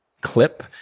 clip